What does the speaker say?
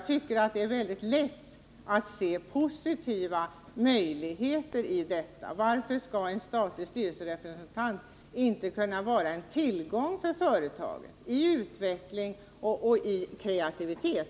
Det är väldigt lätt att se positiva möjligheter i detta. Varför skall en statlig styrelserepresentant inte kunna vara en tillgång för företag när det gäller utveckling och kreativitet?